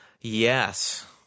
Yes